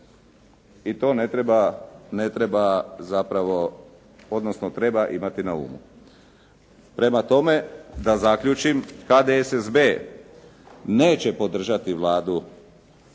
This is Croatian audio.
ne treba zapravo, odnosno treba imati na umu. Prema tome, da zaključim HDSSB neće podržati Vladu